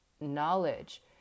knowledge